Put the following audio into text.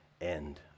end